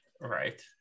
right